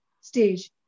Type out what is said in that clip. stage